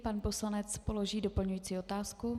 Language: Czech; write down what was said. Pan poslanec položí doplňující otázku.